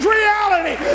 reality